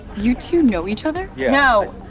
you two know each other? yeah no.